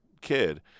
kid